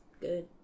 Good